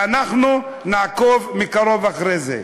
ואנחנו נעקוב מקרוב אחרי זה.